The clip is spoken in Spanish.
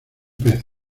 pez